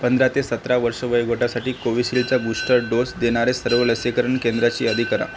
पंधरा ते सतरा वर्षे वयोगटासाठी कोविशिल्डचा बूस्टर डोस देणाऱ्या सर्व लसीकरण केंद्रांची यादी करा